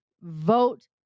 vote